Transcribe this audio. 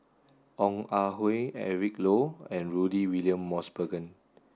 Ong Ah Hoi Eric Low and Rudy William Mosbergen